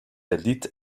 erlitt